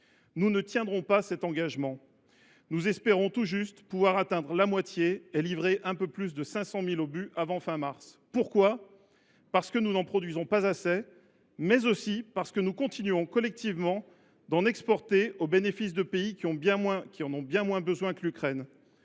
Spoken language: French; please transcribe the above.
Nous ne tiendrons pas cet engagement. Nous espérons tout juste pouvoir atteindre la moitié et livrer un peu plus de 500 000 obus avant la fin du mois de mars. Pourquoi ? Non parce que nous n’en produisons pas assez, mais parce que nous continuons collectivement d’en exporter au bénéfice de pays qui en ont bien moins besoin que l’Ukraine.